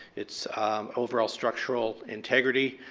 its overall structural integrity